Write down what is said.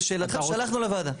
לשאלתך, שלחנו לוועדה.